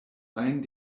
ajn